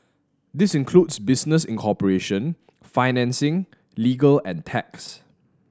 this includes business incorporation financing legal and tax